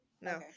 No